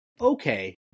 okay